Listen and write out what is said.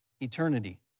eternity